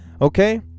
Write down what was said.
okay